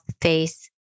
face